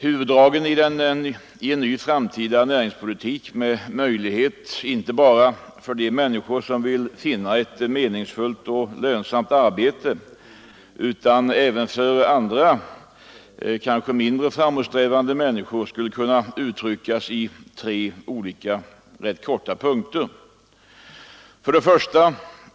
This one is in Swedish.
Huvuddragen i en ny framtida näringspolitik med möjlighet inte bara för de människor som vill finna ett meningsfullt och lönsamt arbete utan även för andra, kanske mindre framåtsträvande människor, skulle kunna uttryckas i tre rätt korta punkter: 1.